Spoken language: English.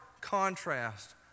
contrast